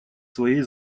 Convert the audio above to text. своей